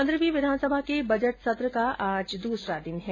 पंद्रहवीं विधानसभा के बजट सत्र का आज दूसरा दिन है